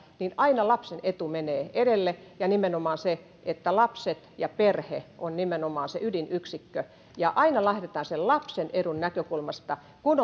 aina lapsen etu menee edelle ja nimenomaan lapset ja perhe on se ydinyksikkö aina lähdetään sen lapsen edun näkökulmasta kun